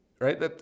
right